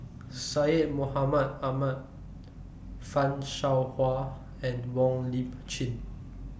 Syed Mohamed Ahmed fan Shao Hua and Wong Lip Chin